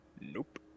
Nope